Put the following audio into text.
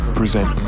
present